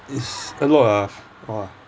is a lot ah !wah!